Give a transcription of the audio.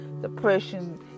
depression